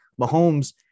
Mahomes